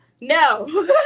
No